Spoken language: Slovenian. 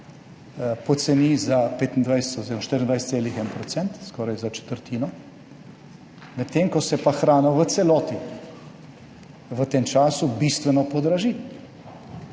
poceni za 25 % oziroma 24,1 %, skoraj za četrtino, medtem ko se pa hrana v celoti v tem času bistveno podraži.